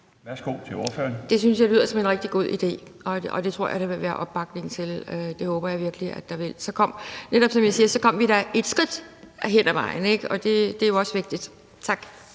(DF): Det synes jeg lyder som rigtig god idé, og det tror jeg der vil være opbakning til. Det håber jeg virkelig at der vil. Som jeg siger, så kom vi da et skridt hen ad vejen, og det er jo også vigtigt. Tak.